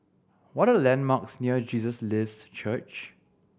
what are the landmarks near Jesus Lives Church